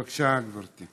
בבקשה, גברתי.